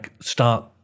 start